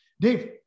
Dave